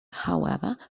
however